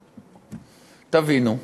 תבינו,